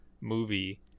movie